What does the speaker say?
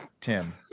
Tim